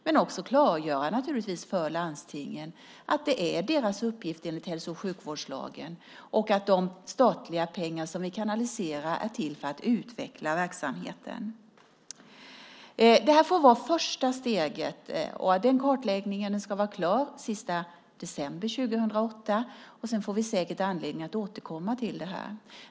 Men vi ska naturligtvis också klargöra för landstingen att detta är deras uppgift enligt hälso och sjukvårdslagen och att de statliga pengar som vi kanaliserar är till för att utveckla verksamheten. Det här får vara det första steget, och den kartläggningen ska vara klar den 31 december 2008. Sedan får vi säkert anledning att återkomma till det.